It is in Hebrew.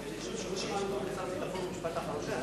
לא שמענו את שר הביטחון, את המשפט האחרון שלו.